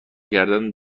کردن